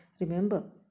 Remember